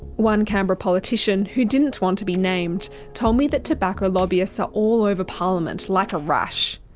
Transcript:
one canberra politician who didn't want to be named told me that tobacco lobbyists are all over parliament like a rash.